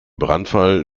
brandfall